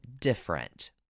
different